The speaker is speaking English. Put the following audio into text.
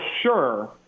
sure